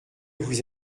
vous